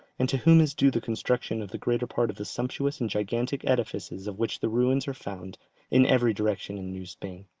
and to whom is due the construction of the greater part of the sumptuous and gigantic edifices of which the ruins are found in every direction in new spain.